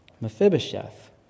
Mephibosheth